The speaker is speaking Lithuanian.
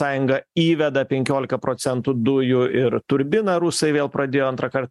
sąjunga įveda penkiolika procentų dujų ir turbiną rusai vėl pradėjo antrąkart